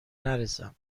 نرسم